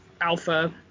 alpha